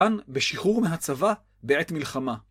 כאן, בשחרור מהצבא, בעת מלחמה.